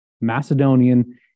Macedonian